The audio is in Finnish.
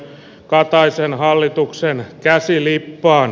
kataisen hallituksen käsi lippaan